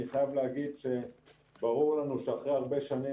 אני חייב להגיד שברור לנו שאחרי הרבה שנים